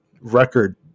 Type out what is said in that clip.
record